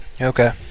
Okay